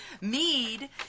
Mead